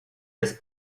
des